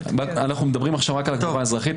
אנחנו מדברים עכשיו רק על הקבורה האזרחית.